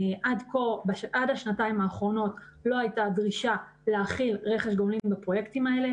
עד השנתיים האחרונות לא הייתה דרישה להחיל רכש גומלין בפרויקטים האלה.